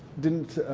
didn't,